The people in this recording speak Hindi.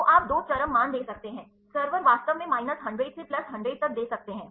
तो आप दो चरम मान दे सकते हैं सर्वर वास्तव में माइनस 100 से प्लस 100 तक दे सकते हैं